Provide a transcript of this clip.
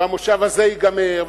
והמושב הזה ייגמר,